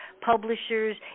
publishers